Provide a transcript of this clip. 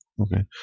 Okay